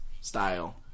Style